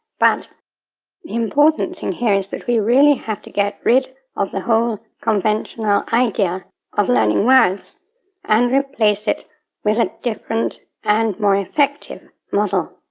but the important thing here is that we really have to get rid of the whole conventional idea of learning words and replace it with a different and more effective model.